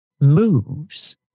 moves